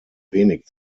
wenig